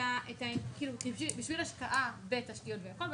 שבשביל השקעה בתשתיות והכול,